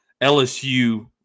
LSU